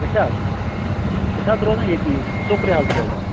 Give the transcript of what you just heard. أسۍ حظ أسۍ حظ روزان ییٚتی ژوٚکرِ حظ روزان أسۍ